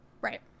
right